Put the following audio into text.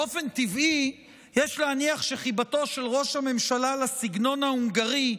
באופן טבעי יש להניח שחיבתו של ראש הממשלה לסגנון ההונגרי,